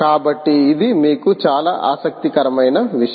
కాబట్టి ఇది మీకు చాలా ఆసక్తికరమైన విషయం